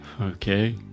Okay